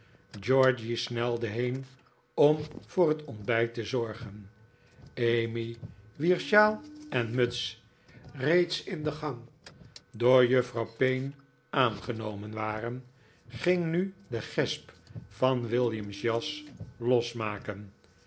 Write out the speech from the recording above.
georgy snelde heen om voor het ontbijt te zorgen emmy wier sjaal en muts reeds in de gang door juffrouw payne aangenomen waren ging nu den gesp van williams jas losmaken